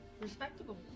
Respectable